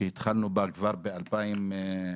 שהתחלנו בה כבר ב-2017-2016